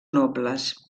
nobles